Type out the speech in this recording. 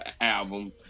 album